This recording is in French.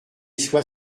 sois